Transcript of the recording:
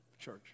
church